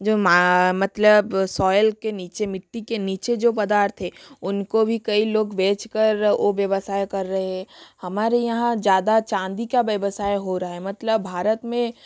जो मतलब सॉइल के नीचे मिट्टी के नीचे जो पदार्थ है उनको भी कई लोग बेचकर ओ व्यवसाय कर रहे हमारे यहाँ ज़्यादा चाँदी का व्यवसाय हो रहा है मतलब भारत में